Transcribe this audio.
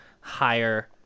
higher